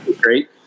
great